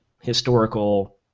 historical